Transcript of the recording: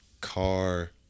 car